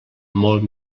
molt